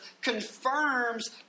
confirms